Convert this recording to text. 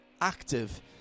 active